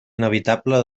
inevitable